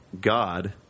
God